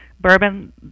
bourbon